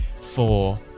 four